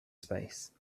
space